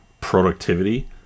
productivity